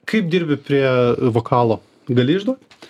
kaip dirbi prie vokalo gali išduot